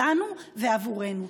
שלנו ועבורנו.